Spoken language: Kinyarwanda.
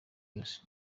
yose